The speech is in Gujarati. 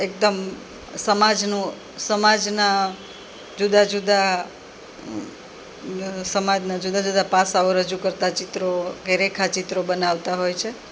એકદમ સમાજનું સમાજનાં જુદાં જુદાં સમાજનાં જુદાં જુદાં પાસાઓ રજૂ કરતાં ચિત્રો કે રેખાચિત્રો બનાવતા હોય છે